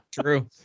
true